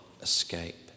Escape